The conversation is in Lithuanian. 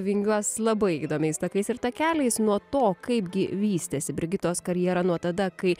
vingiuos labai įdomiais takais ir takeliais nuo to kaipgi vystėsi brigitos karjera nuo tada kai